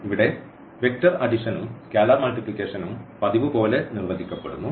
ഇവിടെ വെക്റ്റർ അഡിഷനും സ്കാലാർ മൾട്ടിപ്ലിക്കേഷനും പതിവുപോലെ നിർവചിക്കപ്പെടുന്നു